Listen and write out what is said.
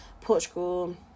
Portugal